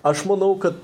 aš manau kad